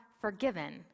forgiven